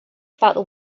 about